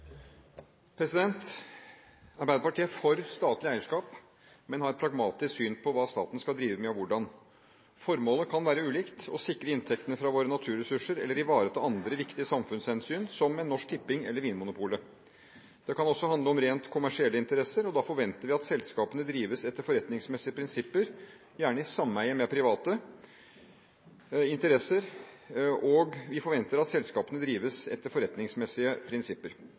Støre. Arbeiderpartiet er for statlig eierskap, men har et pragmatisk syn på hva staten skal drive med, og hvordan. Formålet kan være ulikt: å sikre inntektene fra våre naturressurser eller ivareta andre viktige samfunnshensyn, som med Norsk Tipping eller Vinmonopolet. Det kan også handle om rent kommersielle interesser, og da forventer vi at selskapene drives etter forretningsmessige prinsipper, gjerne i sameie med private interesser. Statlig eierskap er ikke en sovepute for virksomheter som drives